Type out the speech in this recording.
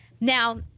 now